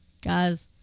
guys